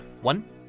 One